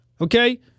Okay